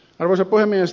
arvoisa puhemies